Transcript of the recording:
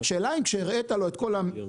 השאלה אם כשהראית לו את כל התוספות